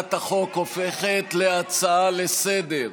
הצעת החוק הופכת להצעה לסדר-היום.